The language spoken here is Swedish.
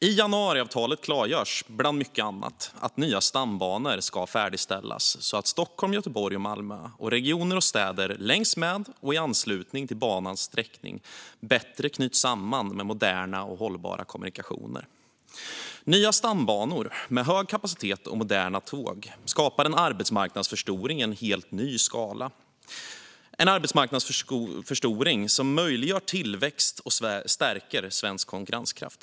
I januariavtalet klargörs, bland väldigt mycket annat, att nya stambanor ska färdigställas så att Stockholm, Göteborg, Malmö och regioner och städer längs med och i anslutning till banans sträckning bättre knyts samman med moderna och hållbara kommunikationer. Nya stambanor med hög kapacitet och moderna tåg skapar en arbetsmarknadsförstoring i en helt ny skala som möjliggör tillväxt och stärker svensk konkurrenskraft.